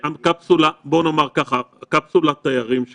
קפסולת תיירים,